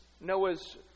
Noah's